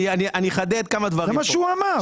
אני אחדד כמה דברים פה.